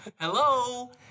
hello